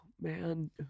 man